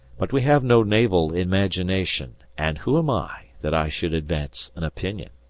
but we have no naval imagination, and who am i, that i should advance an opinion?